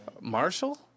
Marshall